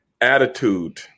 attitude